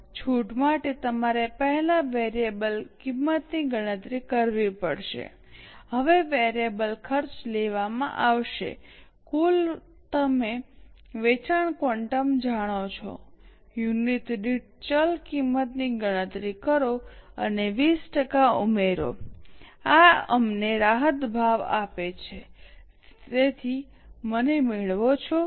છૂટ માટે તમારે પહેલા વેરિયેબલ કિંમતની ગણતરી કરવી પડશે હવે વેરીએબલ ખર્ચ લેવામાં આવશે કુલ તમે વેચાણ ક્વોન્ટમ જાણો છો યુનિટ દીઠ ચલ કિંમતની ગણતરી કરો અને 20 ટકા ઉમેરો આ અમને રાહત ભાવ આપે છે તમે મને મેળવો છો